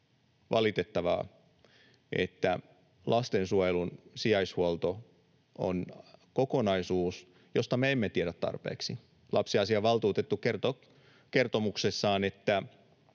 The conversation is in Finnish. valitettavaa, että lastensuojelun sijaishuolto on kokonaisuus, josta me emme tiedä tarpeeksi. Lapsiasiavaltuutettu kertoo kertomuksessaan, että